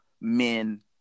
men